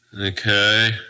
Okay